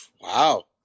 Wow